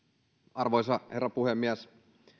arvoisa herra puhemies